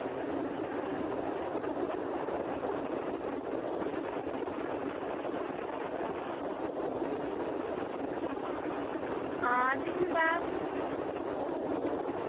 आं ते भी में